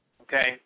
okay